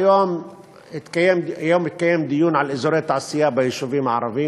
היום התקיים דיון על אזורי תעשייה ביישובים הערביים,